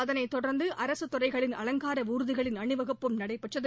அதனைத் தொடர்ந்து அரசுத் துறைகளின் அலங்கார ஊர்திகளின் அணிவகுப்பும் நடைபெற்றது